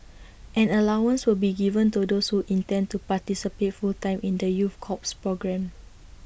an allowance will be given to those who intend to participate full time in the youth corps programme